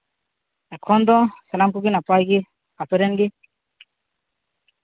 ᱮᱠᱷᱚᱱ ᱫᱚ ᱥᱟᱱᱟᱢ ᱠᱚᱜᱮ ᱱᱟᱯᱟᱭ ᱜᱮ ᱟᱯᱮ ᱨᱮᱱ ᱜᱮ